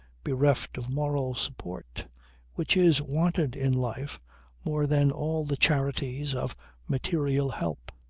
bereft of moral support which is wanted in life more than all the charities of material help.